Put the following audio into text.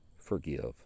Forgive